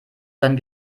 sein